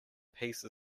peace